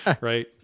right